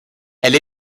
elle